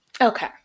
Okay